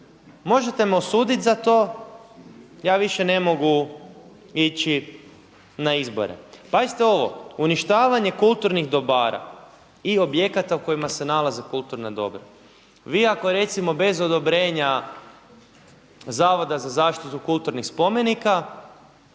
možete me osuditi za to, ja više ne mogu ići na izbore. Pazite ovo, uništavanje kulturnih dobara i objekata u kojima se nalaze kulturna dobra, vi ako recimo bez odobrenja Zavoda za zaštitu kulturnih spomenika